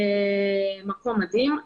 מקום מדהים,